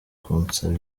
kunsaba